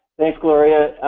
thanks gloria